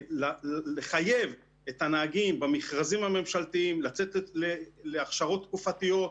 לחייב את הנהגים במכרזים הממשלתיים לצאת להכשרות תקופתיות,